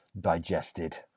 digested